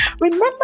remember